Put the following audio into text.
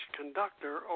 conductor